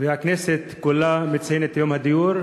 והכנסת כולה מציינת את יום הדיור,